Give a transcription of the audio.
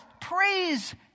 praise